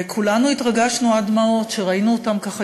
וכולנו התרגשנו עד דמעות כשראינו אותם ככה